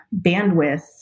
bandwidth